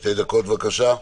שתי דקות, בבקשה.